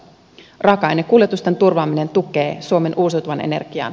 raaka ainekuljetusten turvaaminen tukee suomen uusiutuvan energian